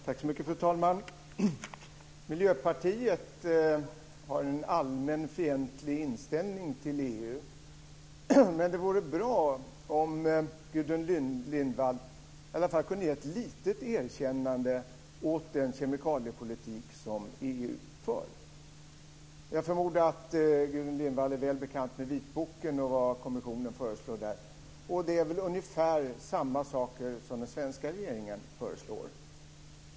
Fru talman! Miljöpartiet har en allmänt fientlig inställning till EU, men det vore bra om Gudrun Lindvall i alla fall kunde ge ett litet erkännande åt den kemikaliepolitik som EU för. Jag förmodar att Gudrun Lindvall är väl bekant med vitboken och det kommissionen föreslår där. Det är väl ungefär samma saker som den svenska regeringen föreslår.